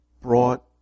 brought